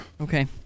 Okay